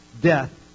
death